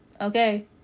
Okay